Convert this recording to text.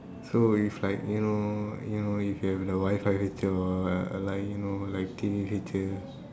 so if like you know you know if you have the Wi-fi feature like you know like T_V feature